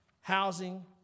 housing